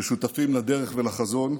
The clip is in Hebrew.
ששותפים לדרך ולחזון,